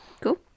Cool